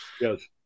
Yes